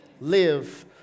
Live